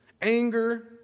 anger